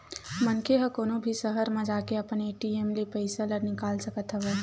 मनखे ह कोनो भी सहर म जाके अपन ए.टी.एम ले पइसा ल निकाल सकत हवय